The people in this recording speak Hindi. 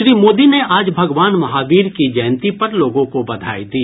श्री मोदी ने आज भगवान महावीर की जयंती पर लोगों को बधाई दी